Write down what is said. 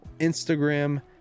Instagram